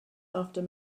after